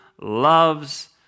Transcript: loves